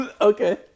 Okay